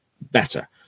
better